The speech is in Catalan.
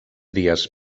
dies